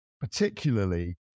particularly